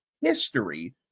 history